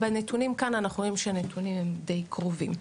בנתונים כאן אנחנו רואים שהנתונים הם די קרובים.